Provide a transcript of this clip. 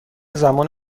زمان